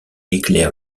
éclaire